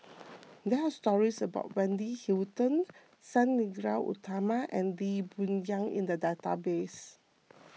there are stories about Wendy Hutton Sang Nila Utama and Lee Boon Yang in the database